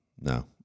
No